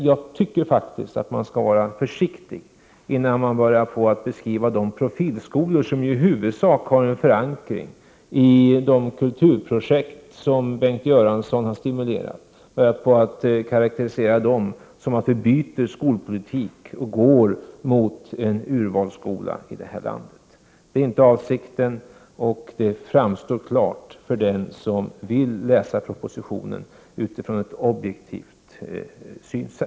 Jag tycker att man skall vara 87 försiktig och tänka sig för innan man beskriver profilskolorna, som i huvudsak har sin förankring i de kulturprojekt som Bengt Göransson har stimulerat till, som om det är fråga om att byta skolpolitik och att vi här i landet går mot en urvalsskola. Detta är inte avsikten, och det framstår klart för dem som vill läsa propositionen på ett objektivt sätt.